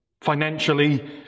Financially